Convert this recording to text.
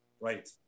Right